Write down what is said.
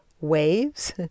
waves